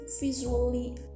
visually